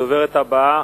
הדוברת הבאה,